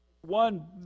one